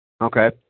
Okay